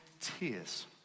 tears